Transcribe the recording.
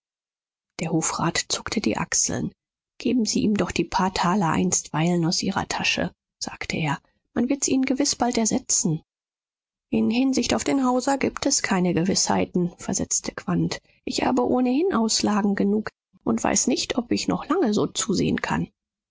der hofrat zuckte die achseln geben sie ihm doch die paar taler einstweilen aus ihrer tasche sagte er man wird's ihnen gewiß bald ersetzen in hinsicht auf den hauser gibt es keine gewißheiten versetzte quandt ich habe ohnehin auslagen genug und weiß nicht ob ich noch lange so zusehen kann